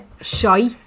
Shy